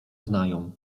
znają